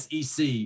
SEC